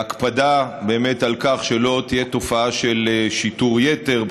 בהקפדה אמיתית על כך שלא תהיה תופעה של שיטור יתר,